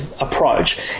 approach